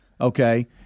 okay